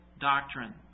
doctrine